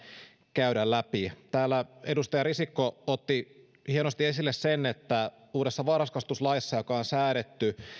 käydä läpi täällä edustaja risikko otti hienosti esille sen että uudessa varhaiskasvatuslaissa joka on säädetty